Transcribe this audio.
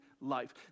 life